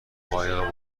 قایق